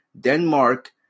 Denmark